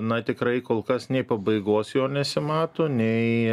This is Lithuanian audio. na tikrai kol kas nei pabaigos jo nesimato nei